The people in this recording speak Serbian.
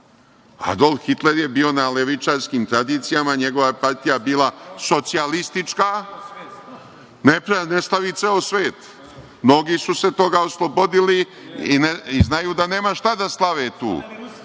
Adolf Hitler je bio na levičarskim tradicijama, njegova partija je bila socijalistička. Ne slavi ceo svet. Mnogi su se toga oslobodili i znaju da nema šta da slave tu.